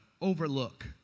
overlook